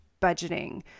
budgeting